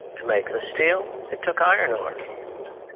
to make the steel it took iron ah iron